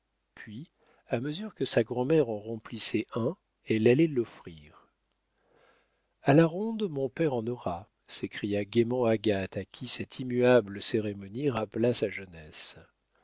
puis à mesure que sa grand'mère en remplissait un elle allait l'offrir a la ronde mon père en aura s'écria gaiement agathe à qui cette immuable cérémonie rappela sa jeunesse